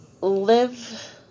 Live